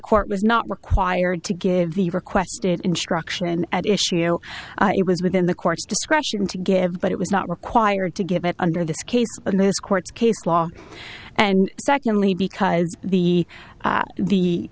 court was not required to give the requested instruction at issue it was within the court's discretion to give but it was not required to give it under this case and this court case law and secondly because the